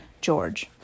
George